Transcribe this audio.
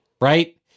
right